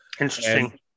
Interesting